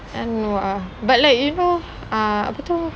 and what ah but like you know ah apa tu